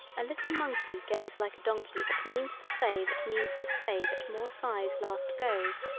a little monkey goes like a donkey that means to say that means to say that more sighs last goes.